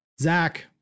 Zach